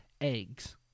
eggs